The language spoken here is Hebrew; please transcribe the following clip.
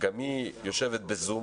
גם היא יושבת בזום